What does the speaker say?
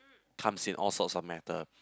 comes in all sorts of matter